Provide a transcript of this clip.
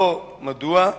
3. אם לא, מדוע?